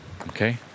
okay